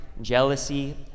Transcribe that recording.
jealousy